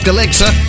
Alexa